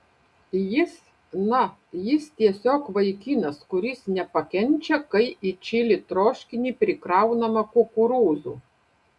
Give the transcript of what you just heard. jis na jis tiesiog vaikinas kuris nepakenčia kai į čili troškinį prikraunama kukurūzų